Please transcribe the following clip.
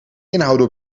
inhouden